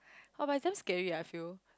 oh but is damn scary I feel